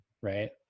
right